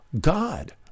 God